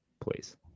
Please